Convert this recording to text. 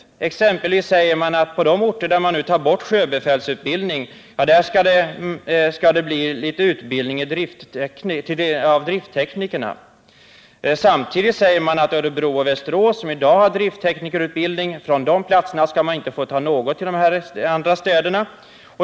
Utskottet säger t.ex. att på de orter där man nu tar bort sjöbefälsutbildningen skall det bli utbildning av drifttekniker. Samtidigt säger utskottet att man från Örebro och Västerås, som i dag har driftteknikerutbildning, inte skall få ta någonting till de andra städerna.